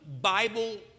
Bible